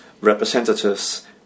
representatives